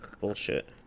Bullshit